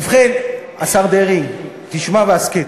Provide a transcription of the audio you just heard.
ובכן, השר דרעי, שמע והסכת.